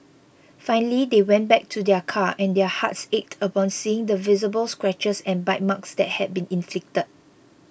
finally they went back to their car and their hearts ached upon seeing the visible scratches and bite marks that had been inflicted